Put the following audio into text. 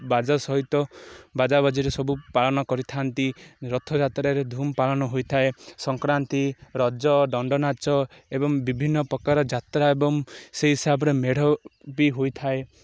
ବାଜା ସହିତ ବାଜା ବାଜିରେ ସବୁ ପାଳନ କରିଥାନ୍ତି ରଥଯାତ୍ରାରେ ଧୂମ ପାଳନ ହୋଇଥାଏ ସଂକ୍ରାନ୍ତି ରଜ ଦଣ୍ଡନାଚ ଏବଂ ବିଭିନ୍ନ ପ୍ରକାର ଯାତ୍ରା ଏବଂ ସେଇ ହିସାବରେ ମେଢ଼ ବି ହୋଇଥାଏ